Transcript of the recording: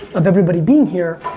of everybody being here,